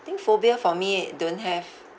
think phobia for me don't have